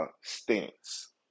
stance